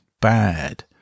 bad